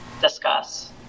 discuss